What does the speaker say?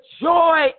joy